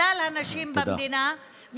כלל הנשים במדינה,